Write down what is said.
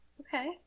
Okay